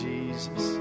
Jesus